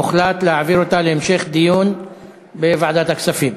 הוחלט להעביר אותה להמשך דיון בוועדת הכספים.